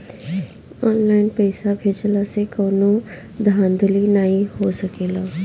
online पइसा भेजला से कवनो धांधली नाइ हो सकेला